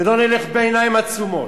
ולא נלך בעיניים עצומות.